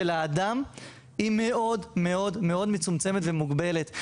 האדם היא מאוד מאוד מאוד מצומצמת ומוגבלת.